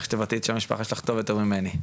שאת תבטאי שם המשפחה שלך הרבה יותר טוב ממני.